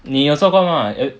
你有做工吗